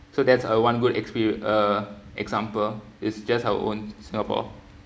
so that's uh one good experience uh example is just our own singapore